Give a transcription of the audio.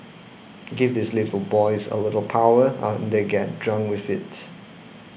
give these little boys a little power and they get drunk with it